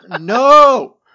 No